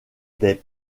des